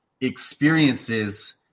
experiences